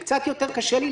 אם קצת יותר קשה לי,